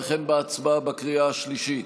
וכן בהצבעה בקריאה השלישית.